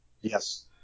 Yes